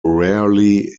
rarely